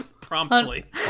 Promptly